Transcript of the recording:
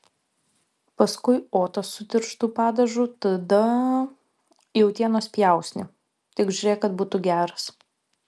paskui otą su tirštu padažu tada jautienos pjausnį tik žiūrėk kad būtų geras